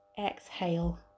exhale